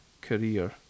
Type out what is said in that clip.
career